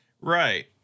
Right